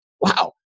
Wow